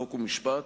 חוק ומשפט,